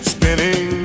Spinning